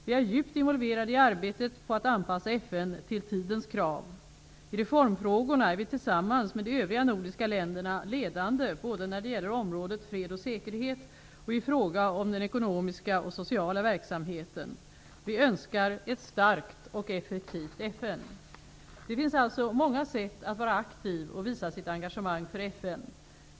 Vi är djupt involverade i arbetet på att anpassa FN till tidens krav. I reformfrågorna är vi tillsammans med de övriga nordiska länderna ledande både när det gäller området fred och säkerhet och i fråga om den ekonomiska och sociala verksamheten. Vi önskar ett starkt och effektivt Det finns alltså många sätt att vara aktiv och visa sitt engagemang för FN.